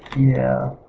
yeah.